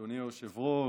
אדוני היושב-ראש,